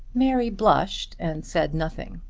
mary blushed and said nothing.